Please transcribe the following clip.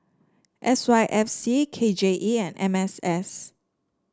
S Y F C K J E and M M S